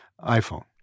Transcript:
iPhone